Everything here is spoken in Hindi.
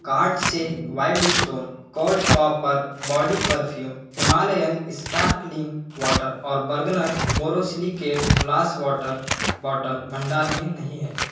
कार्ट से wild stone cold copper body perfume Himalayan sparkling water और Bergner borosilicate glass water bottle भंडार में नहीं हैं